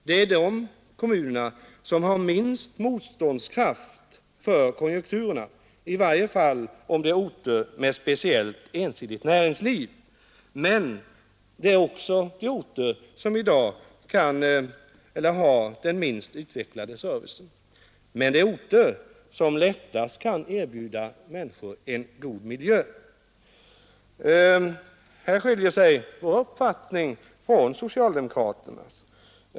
Det är de orter som på grund av sitt ensidiga näringsliv har den minsta motståndskraften vid en konjunkturnedgång och som har den minst utvecklade servicen. Men det är orter som lättast kan erbjuda människorna en god miljö. Här skiljer sig vår uppfattning från socialdemokraternas.